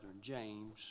James